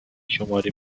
شماری